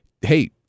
hey